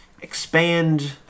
expand